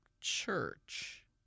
church